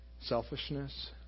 selfishness